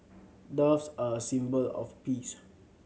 doves are a symbol of peace